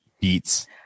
Beats